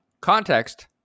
Context